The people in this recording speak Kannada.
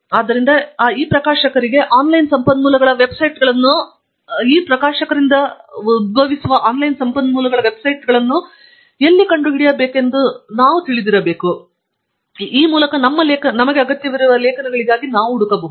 ಆದ್ದರಿಂದ ಈ ಪ್ರಕಾಶಕರಿಗೆ ಆನ್ಲೈನ್ ಸಂಪನ್ಮೂಲಗಳ ವೆಬ್ಸೈಟ್ಗಳನ್ನು ಎಲ್ಲಿ ಕಂಡುಹಿಡಿಯಬೇಕೆಂಬುದನ್ನು ನಾವು ತಿಳಿದಿರಬೇಕು ಇದರಿಂದಾಗಿ ನಮ್ಮ ಲೇಖನಗಳಿಗಾಗಿ ನಾವು ಹುಡುಕಬಹುದು